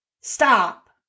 stop